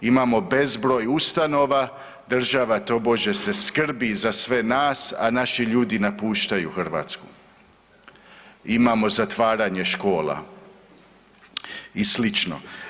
Imamo bezbroj ustanova, država tobože se skrbi za sve nas, a naši ljudi napuštaju Hrvatsku, imamo zatvaranje škola i slično.